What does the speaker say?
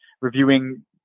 reviewing